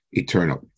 eternal